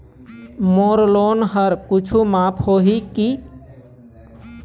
मोर loan हा कुछू माफ होही की?